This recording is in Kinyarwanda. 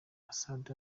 assad